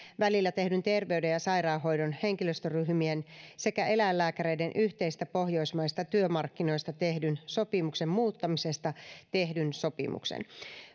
välillä tehdyn terveyden ja sairaanhoidon henkilöstöryhmien sekä eläinlääkäreiden yhteisistä pohjoismaisista työmarkkinoista tehdyn sopimuksen muuttamisesta tehdyn sopimuksen